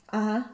(uh huh)